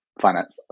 finance